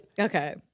Okay